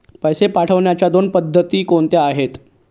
पैसे पाठवण्याच्या दोन पद्धती कोणत्या आहेत?